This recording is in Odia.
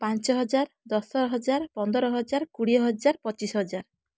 ପାଞ୍ଚ ହଜାର ଦଶ ହଜାର ପନ୍ଦର ହଜାର କୋଡ଼ିଏ ହଜାର ପଚିଶ ହଜାର